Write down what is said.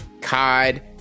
cod